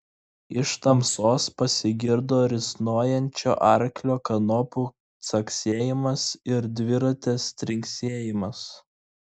iš tamsos pasigirdo risnojančio arklio kanopų caksėjimas ir dviratės trinksėjimas